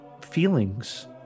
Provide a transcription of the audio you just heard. feelings